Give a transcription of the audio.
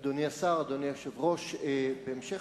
אדוני השר, אדוני היושב-ראש, בהמשך